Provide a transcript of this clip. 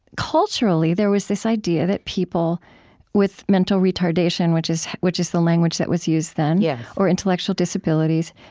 culturally, there was this idea that people with mental retardation, which is which is the language that was used then, yeah or intellectual disabilities,